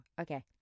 okay